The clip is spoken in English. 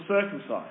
circumcised